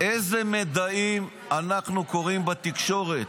איזה מידעים אנחנו קוראים בתקשורת.